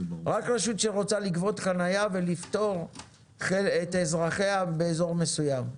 רק רשות שרוצה לגבות חניה ולפטור את אזרחיה באזור מסוים.